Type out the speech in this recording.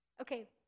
Okay